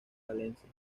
valencia